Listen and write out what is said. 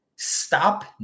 stop